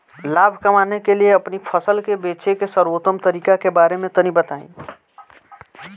लाभ कमाने के लिए अपनी फसल के बेचे के सर्वोत्तम तरीके के बारे में तनी बताई?